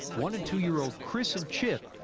one and two-year-old chris and chip,